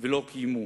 ולא קיימו?